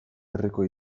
herriko